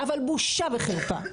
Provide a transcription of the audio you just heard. אבל בושה וחרפה,